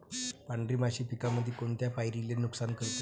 पांढरी माशी पिकामंदी कोनत्या पायरीले नुकसान करते?